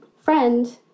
friend